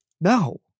No